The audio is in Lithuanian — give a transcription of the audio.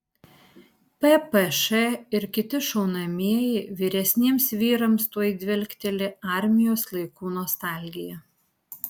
ppš ir kiti šaunamieji vyresniems vyrams tuoj dvelkteli armijos laikų nostalgija